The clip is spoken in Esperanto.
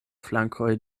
flankoj